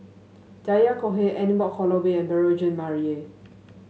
Yahya Cohen Anne Wong Holloway Beurel Jean Marie